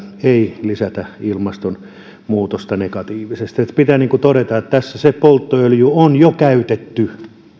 ei lisätä ilmastonmuutosta negatiivisesti pitää todeta että tässä se polttoöljy on jo käytetty